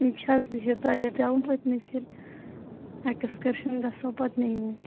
یِم چھِ حٲز بِہِت تۄہہِ دَپیاوٕ پٔتمہِ فِرۍ ایکٕسکَرشَن گَژھو پَتہٕ نیٖوٕے نہٕ